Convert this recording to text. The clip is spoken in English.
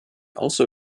also